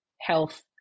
health